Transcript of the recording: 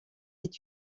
est